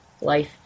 life